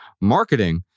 marketing